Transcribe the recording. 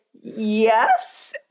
yes